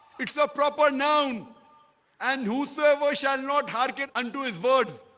it's a proper noun and whosoever shall not hearken unto his words,